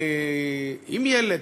עם ילד,